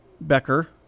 Becker